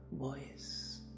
voice